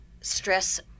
stress